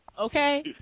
Okay